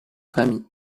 famille